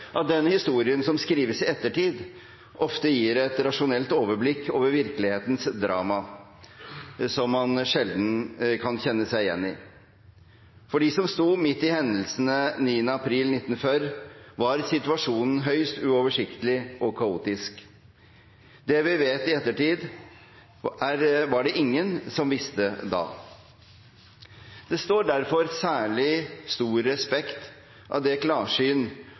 at den historien som skrives i ettertid, ofte gir et rasjonelt overblikk over virkelighetens drama, som man sjelden kan kjenne seg igjen i. For dem som sto midt i hendelsene 9. april 1940, var situasjonen høyst uoversiktlig og kaotisk. Det vi vet i ettertid, var det ingen som visste da. Det står derfor særlig stor respekt av det klarsyn